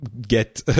get